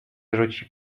rzuci